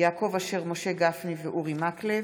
יעקב אשר, משה גפני ואורי מקלב,